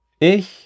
ich